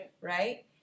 Right